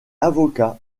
avocat